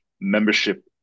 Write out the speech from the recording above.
membership